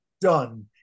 done